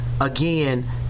again